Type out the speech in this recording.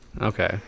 Okay